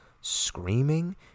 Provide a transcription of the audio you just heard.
screaming